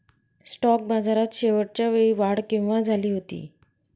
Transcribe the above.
Stock बाजारात शेवटच्या वेळी वाढ केव्हा झाली होती?